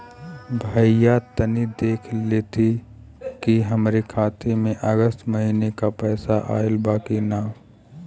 भईया तनि देखती की हमरे खाता मे अगस्त महीना में क पैसा आईल बा की ना?